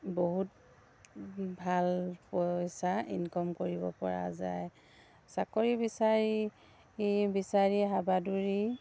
বহুত ভাল পইচা ইনকম কৰিবপৰা যায় চাকৰি বিচাৰি বিচাৰি হাবাথুৰি